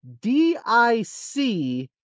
D-I-C